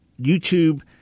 YouTube